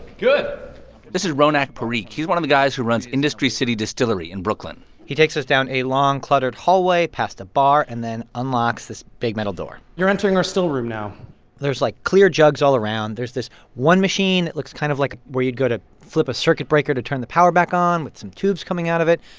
good this is ronak parikh. he's one of the guys who runs industry city distillery in brooklyn he takes us down a long, cluttered hallway past a bar and then unlocks this big, metal door you're entering our still room now there's, like, clear jugs all around. there's this one machine that looks kind of like where you'd go to flip a circuit breaker to turn the power back on with some tubes coming out of it.